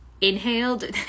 inhaled